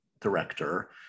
director